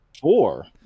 four